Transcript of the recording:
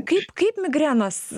kai kaip migrenos